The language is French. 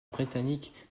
britannique